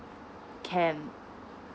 can